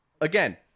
again